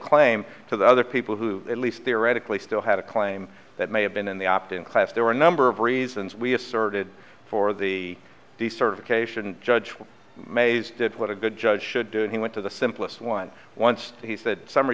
claim to the other people who at least theoretically still had a claim that may have been in the opt in class there were a number of reasons we asserted for the decertification judgement mazed did what a good judge should do he went to the simplest one once he said summ